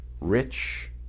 rich